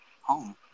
home